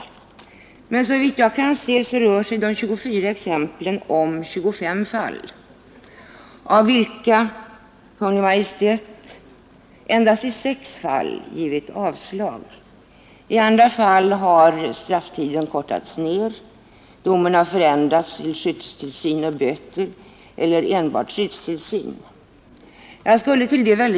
Men såvitt jag kan se rör sig de 24 exemplen om 25 fall av nådeansökningar, på vilka Kungl. Maj:t endast i sex fall givit avslag. I andra fall har strafftiden förkortats, domen har förändrats till skyddstillsyn och böter eller enbart skyddstillsyn. En del har omedelbart frigivits.